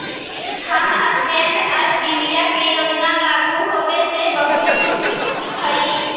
हम stand up India के योजना लागू होबे से बहुत खुश हिअई